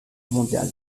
mondial